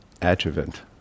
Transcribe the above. adjuvant